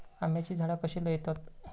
आम्याची झाडा कशी लयतत?